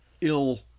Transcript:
ill